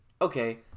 okay